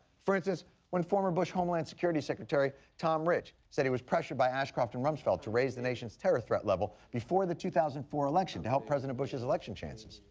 for instance when former bush homeland security secretary tom ridge said he was pressured by ashcroft and rumsfeld to raise the nation's terror threat level before the two thousand and four election to help president bush's election chances.